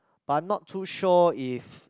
but I'm not too sure if